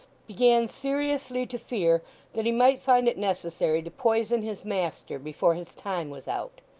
began seriously to fear that he might find it necessary to poison his master, before his time was out.